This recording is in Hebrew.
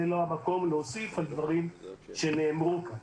זה לא המקום להוסיף על דברים שנאמרו כאן.